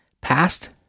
past